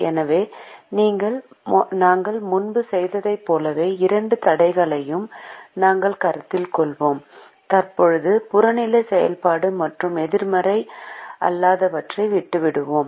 எனவே நாங்கள் முன்பு செய்ததைப் போலவே இரண்டு தடைகளையும் நாங்கள் கருத்தில் கொள்வோம் தற்போது புறநிலை செயல்பாடு மற்றும் எதிர்மறை அல்லாதவற்றை விட்டுவிடுவோம்